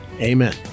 Amen